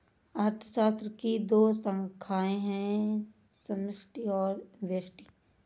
अर्थशास्त्र की दो शाखाए है समष्टि और व्यष्टि